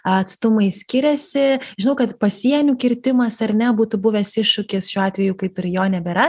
atstumai skiriasi žinau kad pasienių kirtimas ar ne būtų buvęs iššūkis šiuo atveju kaip ir jo nebėra